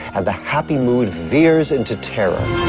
and the happy mood veers into terror.